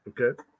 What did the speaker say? Okay